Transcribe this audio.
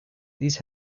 these